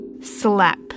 Slap